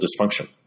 dysfunction